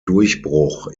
durchbruch